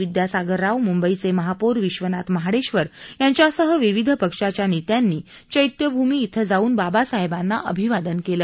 विद्यासागर राव मुंबईचे महापौर विश्वनाथ महाडेशर यांच्यासह विविध पक्षाच्या नेत्यांनी चैत्यभूमी इथं जाऊन बाबासाहेबांना अभिवादन केलं